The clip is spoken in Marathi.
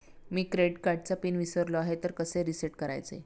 मी क्रेडिट कार्डचा पिन विसरलो आहे तर कसे रीसेट करायचे?